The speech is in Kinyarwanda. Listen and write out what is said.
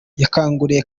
yakanguriye